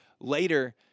Later